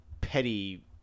petty